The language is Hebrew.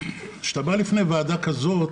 כשאתה בא לפני ועדה כזאת,